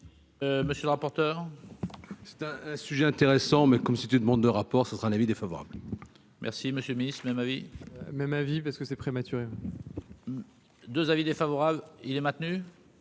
Monsieur le rapporteur. Un sujet intéressant mais comme si tu demandes de rapport, ce sera un avis défavorable. Merci, monsieur le Ministre même vie. Même avis parce que c'est prématuré. 2 avis défavorables, il est maintenu,